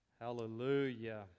hallelujah